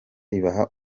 ribaha